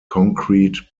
concrete